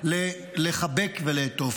לחבק ולעטוף.